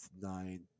nine